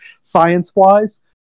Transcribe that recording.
science-wise